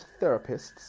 therapists